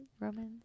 Romans